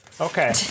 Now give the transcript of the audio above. Okay